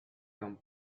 don